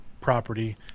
property